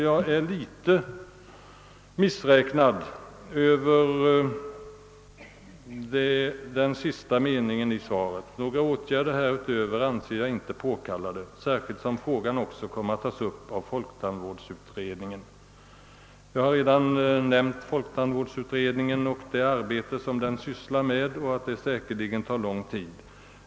Jag är missräknad över den sista meningen i svaret: »Några åtgärder härutöver anser jag inte påkallade, särskilt som frågan också kommer att tas upp av folktandvårdsutredningen.» Jag har redan nämnt folktandvårdsutredningen och det arbete den utför. Det kommer säkerligen att ta lång tid.